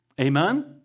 Amen